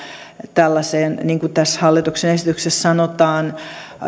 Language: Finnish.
tällaiseen niin kuin tässä hallituksen esityksessä sanotaan